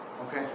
Okay